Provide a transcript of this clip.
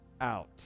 out